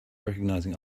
recognizing